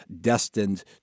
destined